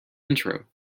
intro